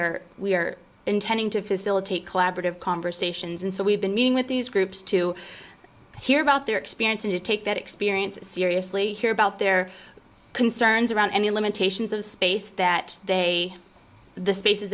are we are intending to facilitate collaborative conversations and so we've been meeting with these groups to hear about their experience and to take that experience seriously here about their concerns around the limitations of space that they the spaces